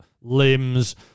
limbs